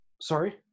sorry